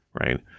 Right